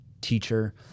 teacher